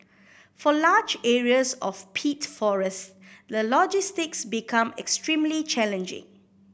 for large areas of peat forest the logistics become extremely challenging